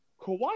Kawhi